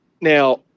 now